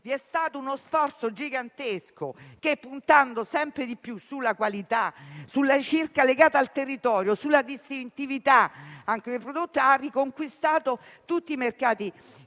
vi è stato uno sforzo gigantesco, che, puntando sempre di più sulla qualità, sulla ricerca legata al territorio, sulla distintività dei prodotti, ha conquistato tutti i mercati